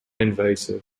invasive